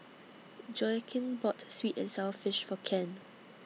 Joaquin bought Sweet and Sour Fish For Ken